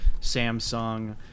Samsung